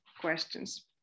questions